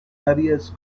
áreas